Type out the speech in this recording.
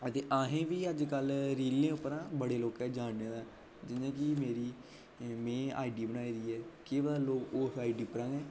ते आहे्ं बी अज्जकल रीलें उप्परां बड़े लोकें जाने आं जि'यां कि मेरी ते में आई डी बनाई दी ते केह् पता लोग उस आई डी उप्परा गै